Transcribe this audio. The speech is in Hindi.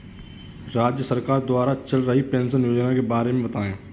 राज्य सरकार द्वारा चल रही पेंशन योजना के बारे में बताएँ?